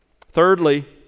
Thirdly